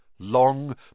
long